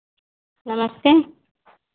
नमस्ते